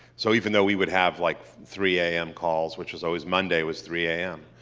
so even though we would have like three am calls, which is always monday was three am.